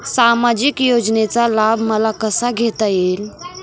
सामाजिक योजनेचा लाभ मला कसा घेता येईल?